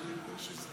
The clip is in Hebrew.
מכובדי השר,